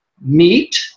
meat